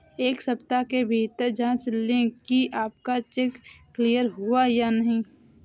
एक सप्ताह के भीतर जांच लें कि आपका चेक क्लियर हुआ है या नहीं